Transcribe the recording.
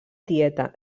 tieta